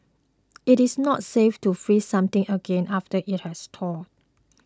it is not safe to freeze something again after it has thawed